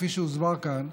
כפי שהוסבר כאן,